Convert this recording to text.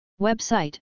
Website